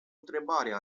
întrebare